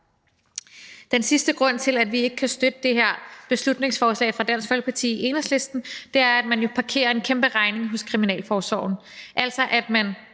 Den sidste grund til, at vi ikke kan støtte det her beslutningsforslag fra Dansk Folkeparti i Enhedslisten er, at man jo parkerer en kæmperegning hos kriminalforsorgen, altså at man